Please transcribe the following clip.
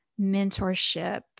mentorship